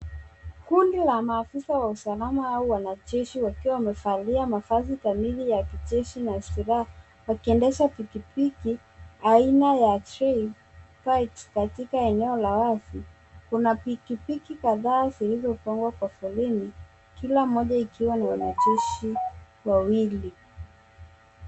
Kundi la maafisa wa usalama au wanajeshi wakiwa wamevalia mavazi kamili ya kijeshi na silaha, wakiendesha pikipiki aina ya trail bikes katika eneo la wazi. Kuna pikipiki kadhaa zilizopangwa kwa foleni kila moja ikiwa na wanajeshi wawili.